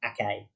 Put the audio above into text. okay